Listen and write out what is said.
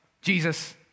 Jesus